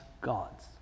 gods